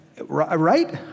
right